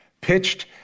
pitched